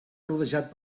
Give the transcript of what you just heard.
rodejat